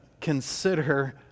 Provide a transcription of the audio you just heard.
consider